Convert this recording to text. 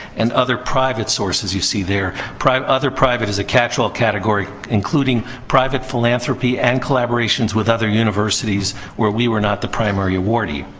and other private sources you see there. other private is a catchall category, including private philanthropy and collaborations with other universities where we were not the primary awardee.